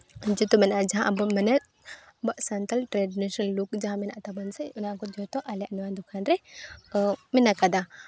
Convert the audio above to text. ᱡᱚᱛᱚ ᱢᱮᱱᱟᱜᱼᱟ ᱡᱟᱦᱟᱸ ᱟᱵᱚ ᱢᱮᱱᱮᱛ ᱟᱵᱚ ᱥᱟᱱᱛᱟᱲ ᱴᱨᱟᱰᱤᱥᱳᱱᱟᱞ ᱞᱩᱠ ᱡᱟᱦᱟᱸ ᱢᱮᱱᱟᱜ ᱛᱟᱵᱚᱱ ᱥᱮ ᱚᱱᱟ ᱠᱚ ᱡᱷᱚᱛᱚ ᱟᱞᱮᱭᱟᱜ ᱱᱚᱣᱟ ᱫᱚᱠᱟᱱ ᱨᱮ ᱢᱮᱱᱟᱜ ᱠᱟᱫᱟ